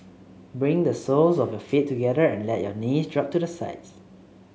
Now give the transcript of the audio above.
bring the soles of your feet together and let your knees drop to the sides